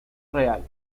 real